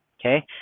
okay